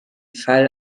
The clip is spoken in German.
fall